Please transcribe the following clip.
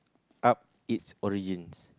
up its origins